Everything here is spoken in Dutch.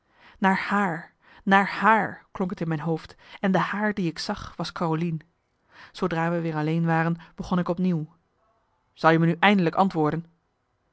naar haar naar haar klonk het in mijn hoofd en de haar die ik zag was carolien zoodra we weer alleen waren begon ik op nieuw zal je me nu eindelijk antwoorden